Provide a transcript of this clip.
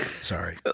Sorry